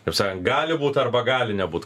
kaip sakant gali būt arba gali nebūt